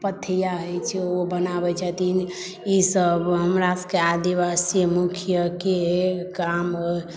पथिया होइ छै ओ बनाबै छथि ईसभ हमरा सभके आदिवासी मुख्यके काम